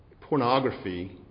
pornography